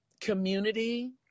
community